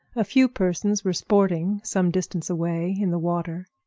a few persons were sporting some distance away in the water.